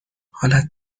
حالت